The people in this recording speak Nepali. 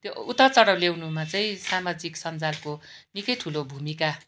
त्यो उतारचढाउ ल्याउनुमा चाहिँ सामाजिक सञ्जालको निकै ठुलो भूमिका